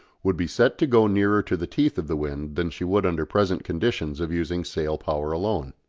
would be set to go nearer to the teeth of the wind than she would under present conditions of using sail-power alone.